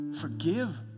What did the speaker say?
Forgive